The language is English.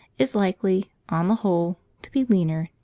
is likely, on the whole, to be leaner,